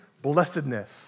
blessedness